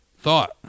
thought